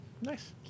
Nice